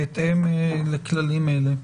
בהתאם לכללים אלה.